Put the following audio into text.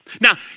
Now